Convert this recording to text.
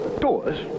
Doors